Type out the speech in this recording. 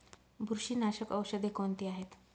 बुरशीनाशक औषधे कोणती आहेत?